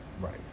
Right